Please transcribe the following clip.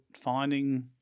finding